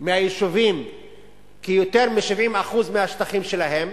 מהיישובים יותר מ-70% מהשטחים שלהם,